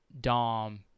Dom